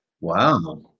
Wow